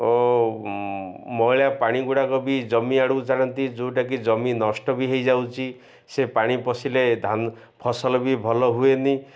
ଓ ମଇଳା ପାଣିଗୁଡ଼ାକ ବି ଜମି ଆଡ଼କୁ ଛାଡ଼ନ୍ତି ଯେଉଁଟାକି ଜମି ନଷ୍ଟ ବି ହଇଯାଉଛି ସେ ପାଣି ପଶିଲେ ଧାନ ଫସଲ ବି ଭଲ ହୁଏନି